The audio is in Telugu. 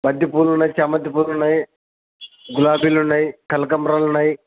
బంతి పూలు ఉన్నయి చామంతి పూలు ఉన్నయి గులాబీలు ఉన్నయి కనకాంబరాలు ఉన్నయి